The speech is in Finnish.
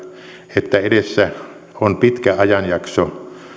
että edessä on pitkä ajanjakso